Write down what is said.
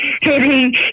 hitting